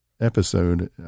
episode